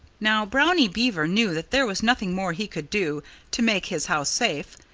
now, brownie beaver knew that there was nothing more he could do to make his house safe,